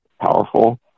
powerful